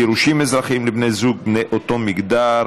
גירושים אזרחיים לבני זוג בני אותו מגדר),